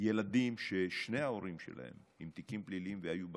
ילדים ששני ההורים שלהם עם תיקים פליליים והיו בכלא,